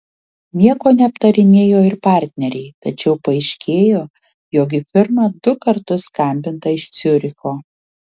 nieko neaptarinėjo ir partneriai tačiau paaiškėjo jog į firmą du kartus skambinta iš ciuricho